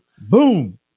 Boom